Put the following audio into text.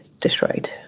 destroyed